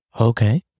Okay